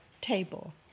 table